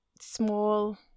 small